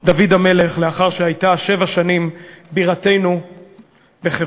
דוד המלך, לאחר שהייתה שבע שנים בירתנו בחברון.